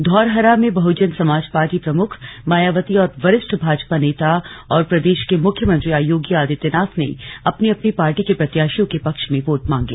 धौरहरा में बहुजन समाज पार्टी प्रमुख मायावती और वरिष्ठ भाजपा नेता और प्रदेश के मुख्यमंत्री योगी आदित्यनाथ ने अपनी अपनी पार्टी के प्रत्याशियों के पक्ष में वोट मांगें